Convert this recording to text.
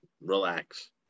Relax